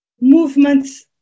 movements